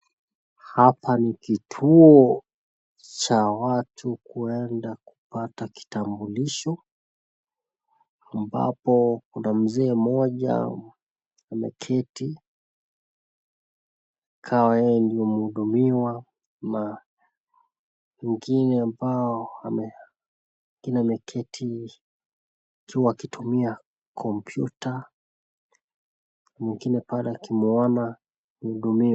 Hapa ni kituo cha watu kwenda kupata kitambulisho ambapo kuna mzee mmoja ameketi kama yeye ni mhudumiwa na wengine ambao ameketi wakitumia kompyuta wengine pale wakimuona mhudumiwa.